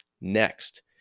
next